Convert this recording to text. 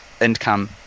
income